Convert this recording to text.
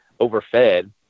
overfed